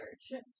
church